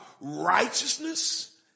Righteousness